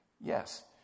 Yes